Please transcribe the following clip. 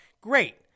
great